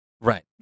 Right